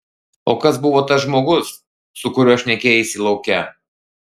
o kas buvo tas žmogus su kuriuo šnekėjaisi lauke